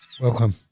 Welcome